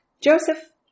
Joseph